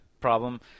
problem